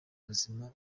buzima